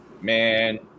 Man